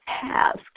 task